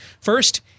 First